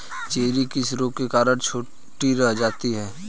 Cherry किस रोग के कारण छोटी रह जाती है?